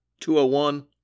201